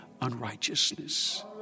unrighteousness